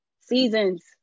seasons